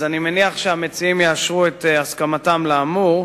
אני מניח שהמציעים יאשרו את הסכמתם לאמור,